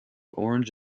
orange